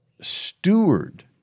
Steward